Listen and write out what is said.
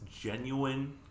genuine